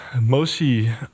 mostly